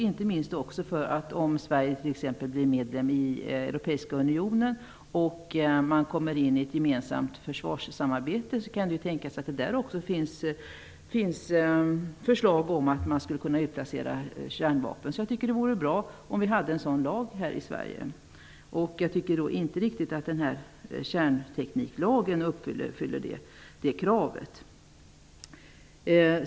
Inte minst kan det tänkas om Sverige t.ex. blir medlem i Europeiska unionen och man kommer in i ett gemensamt försvarssamarbete att det där finns förslag om att man skulle kunna utplacera kärnvapen. Jag tycker att det vore bra om vi hade en sådan lag här i Sverige. Jag tycker inte riktigt att kärntekniklagen uppfyller det kravet.